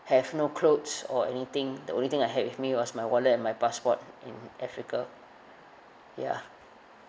have no clothes or anything the only thing I had with me was my wallet and my passport in africa ya